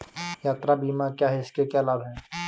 यात्रा बीमा क्या है इसके क्या लाभ हैं?